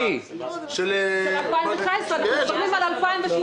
של 2019. אנחנו מדברים על 2018,